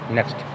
Next